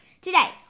today